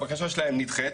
הבקשה שלהם נדחית,